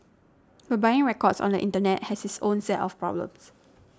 but buying records on the Internet has its own set of problems